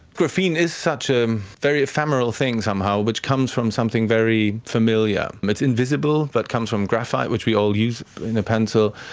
graphene is such a very ephemeral thing somehow, which comes from something very familiar. it's invisible, it but comes from graphite which we all use in a pencil,